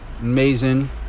amazing